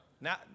Now